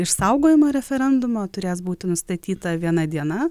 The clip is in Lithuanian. išsaugojimo referendumo turės būti nustatyta viena diena